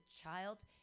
child